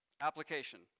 application